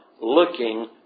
looking